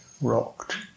rocked